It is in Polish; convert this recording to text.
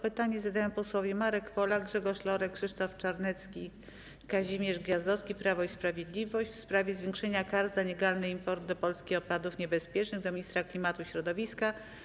Pytanie zadają posłowie Marek Polak, Grzegorz Lorek, Krzysztof Czarnecki i Kazimierz Gwiazdowski, Prawo i Sprawiedliwość, w sprawie zwiększenia kar za nielegalny import do Polski odpadów niebezpiecznych - do ministra klimatu i środowiska.